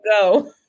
go